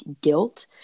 guilt